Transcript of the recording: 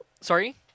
Sorry